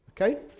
Okay